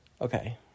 Okay